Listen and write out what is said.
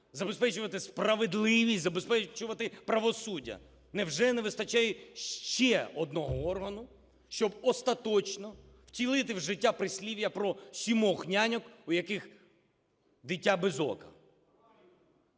забезпечувати справедливість, забезпечувати правосуддя. Невже не вистачає ще одного органу, щоб остаточно втілити в життя прислів'я про сімох няньок, у яких дитя без ока?